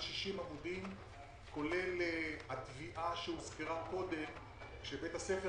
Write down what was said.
כולל התביעה של עיריית נתניה לגבי בית ספר